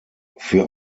für